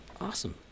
awesome